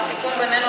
והסיכום בינינו,